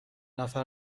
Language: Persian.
نفر